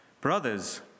brothers